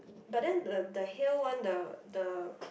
but the the Hale one the the